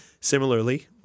Similarly